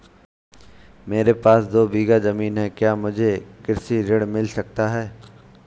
मेरे पास दो बीघा ज़मीन है क्या मुझे कृषि ऋण मिल सकता है?